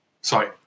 Sorry